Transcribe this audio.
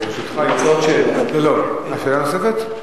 שאלה נוספת?